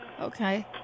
Okay